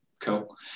Cool